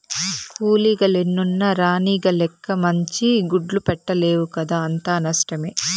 కూలీగ లెన్నున్న రాణిగ లెక్క మంచి గుడ్లు పెట్టలేవు కదా అంతా నష్టమే